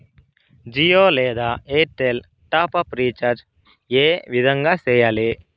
జియో లేదా Airtel top up recharge ఏ విధంగా సేయాలి